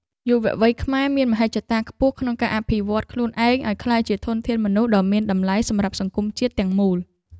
យុវវ័យខ្មែរមានមហិច្ឆតាខ្ពស់ក្នុងការអភិវឌ្ឍន៍ខ្លួនឯងឱ្យក្លាយជាធនធានមនុស្សដ៏មានតម្លៃសម្រាប់សង្គមជាតិទាំងមូល។